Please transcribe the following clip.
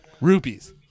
Rupees